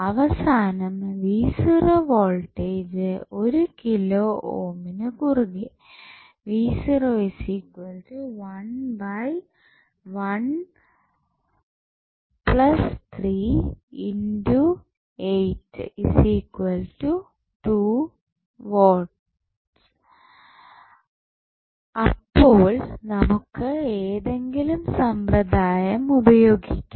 അവസാനം വോൾടേജ് ഒരു കിലോ ഓമിന് കുറുകെ അപ്പോൾ നമുക്ക് ഏതെങ്കിലും സമ്പ്രദായം ഉപയോഗിക്കാം